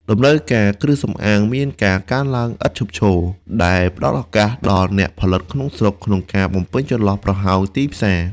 តម្រូវការគ្រឿងសម្អាងមានការកើនឡើងឥតឈប់ឈរ ដែលផ្ដល់ឱកាសដល់អ្នកផលិតក្នុងស្រុកក្នុងការបំពេញចន្លោះប្រហោងទីផ្សារ។